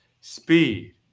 speed